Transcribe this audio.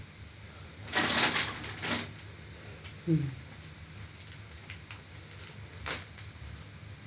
mm